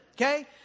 Okay